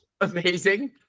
Amazing